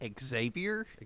Xavier